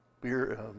beer